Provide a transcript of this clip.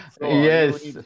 yes